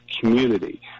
community